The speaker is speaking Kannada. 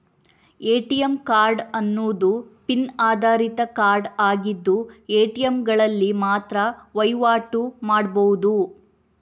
ಎ.ಟಿ.ಎಂ ಕಾರ್ಡ್ ಅನ್ನುದು ಪಿನ್ ಆಧಾರಿತ ಕಾರ್ಡ್ ಆಗಿದ್ದು ಎ.ಟಿ.ಎಂಗಳಲ್ಲಿ ಮಾತ್ರ ವೈವಾಟು ಮಾಡ್ಬಹುದು